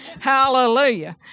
Hallelujah